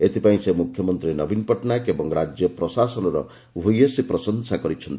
ଏଥିପାଇଁ ସେ ମ୍ରଖ୍ୟମନ୍ତ୍ରୀ ନବୀନ ପଟ୍ଟନାୟକ ଓ ରାଜ୍ୟ ପ୍ରଶାସନର ଭ୍ୟସୀ ପ୍ରଶଂସା କରିଛନ୍ତି